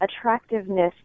attractiveness